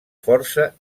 força